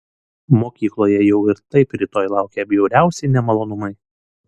mokykloje jau ir taip rytoj laukė bjauriausi nemalonumai